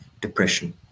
depression